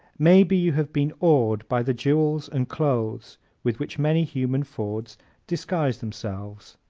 maybe you have been awed by the jewels and clothes with which many human fords disguise themselves.